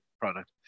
product